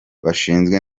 bashinzwe